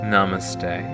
Namaste